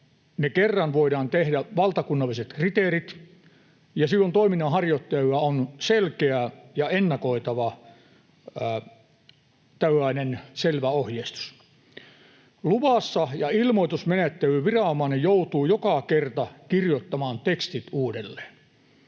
kerran voidaan tehdä, ja silloin toiminnanharjoittajilla on selkeä ja ennakoitava, selvä ohjeistus. Ilmoitusmenettelyyn viranomainen joutuu joka kerta kirjoittamaan tekstit uudelleen.